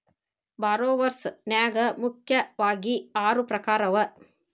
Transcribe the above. ಭಾರೊವರ್ಸ್ ನ್ಯಾಗ ಮುಖ್ಯಾವಗಿ ಆರು ಪ್ರಕಾರವ